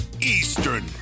Eastern